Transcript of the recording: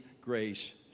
Grace